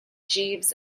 jeeves